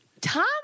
Tom